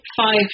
five